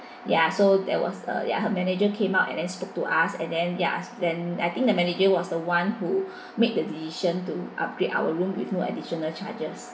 ya so there was a ya her manager came out and then spoke to us and then ya then I think the manager was the one who made the decision to upgrade our room with no additional charges